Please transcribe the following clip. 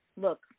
look